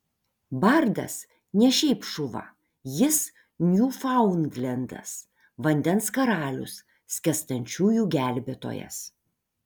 bardas ne šiaip šuva jis niūfaundlendas vandens karalius skęstančiųjų gelbėtojas